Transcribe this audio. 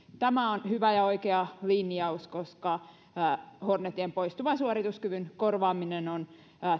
tämä on hyvä ja oikea linjaus koska hornetien poistuvan suorituskyvyn korvaaminen on